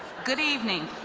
good evening